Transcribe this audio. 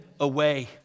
away